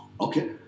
Okay